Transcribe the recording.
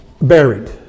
buried